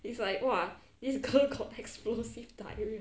it's like !wah! this girl got explosive diarrhea